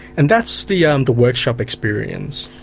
and that's the um the workshop experience.